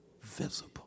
visible